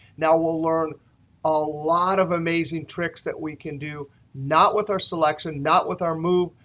now, we'll learn a lot of amazing tricks that we can do not with our selection, not with our move,